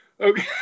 okay